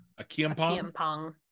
Akiampong